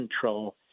control